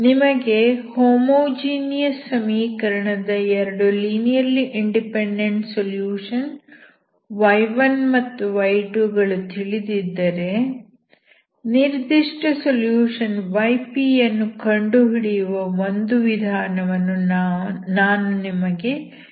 ನಿಮಗೆ ಹೋಮೋಜೀನಿಯಸ್ ಸಮೀಕರಣದ 2 linearly independent solution y1ಮತ್ತು y2 ಗಳು ತಿಳಿದಿದ್ದರೆ ನಿರ್ದಿಷ್ಟ ಸೊಲ್ಯೂಷನ್ yp ಯನ್ನು ಕಂಡುಹಿಡಿಯುವ ಒಂದು ವಿಧಾನವನ್ನು ನಾನು ನಿಮಗೆ ನೀಡಲಿದ್ದೇನೆ